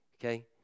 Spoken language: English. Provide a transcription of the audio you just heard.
Okay